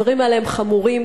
הדברים האלה הם חמורים,